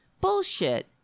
bullshit